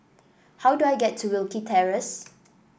how do I get to Wilkie Terrace